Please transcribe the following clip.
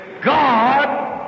God